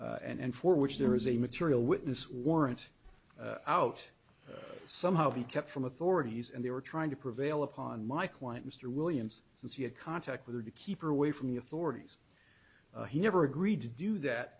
defendants and for which there is a material witness warrant out somehow he kept from authorities and they were trying to prevail upon my client mr williams since he had contact with her to keep her away from the authorities he never agreed to do that